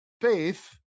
Faith